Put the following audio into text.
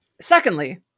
secondly